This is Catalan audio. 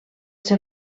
ser